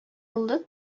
булды